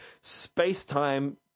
Space-time